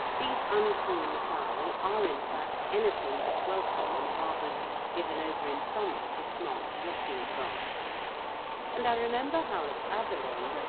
these unclean fowl are in fact anything but welcome in harbours given over in summer to smart yachting craft and i remember how at avalon,